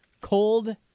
cold